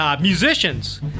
musicians